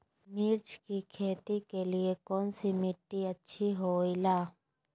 मिर्च की खेती के लिए कौन सी मिट्टी अच्छी होईला?